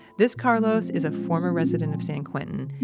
this carlos is a former resident of san quentin,